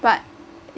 but